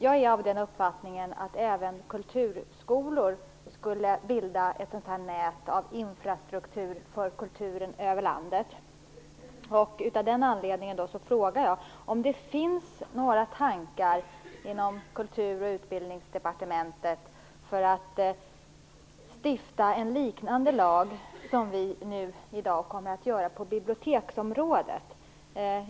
Jag är av den uppfattningen att även kulturskolor borde bilda ett nät av infrastruktur för kulturen i landet. Av den anledningen vill jag fråga: Finns det några tankar inom Kultur och Utbildningsdepartementen om att stifta en lag liknande den som vi nu kommer att besluta om på bibilioteksområdet?